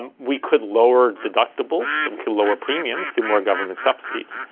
um we could lower deductibles and could lower premiums through more government subsidies.